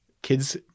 Kids